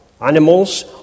animals